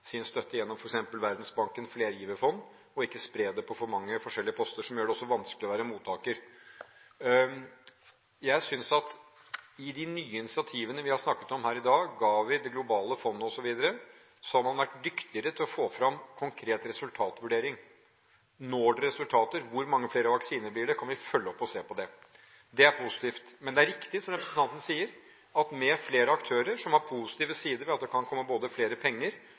sin støtte gjennom f.eks. Verdensbankens flergiverfond og ikke spre det på for mange forskjellige poster, som også gjør det vanskelig å være mottaker. Jeg synes at i de nye initiativene vi har snakket om her i dag, GAVI, Det globale fondet osv., har man vært dyktigere til å få fram konkret resultatvurdering. Oppnår man resultater? Hvor mange flere vaksiner blir det? Kan vi følge opp og se på det? Det er positivt. Men det er riktig som representanten sier, at med flere aktører – som har positive sider ved at det kan komme både flere penger